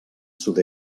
sud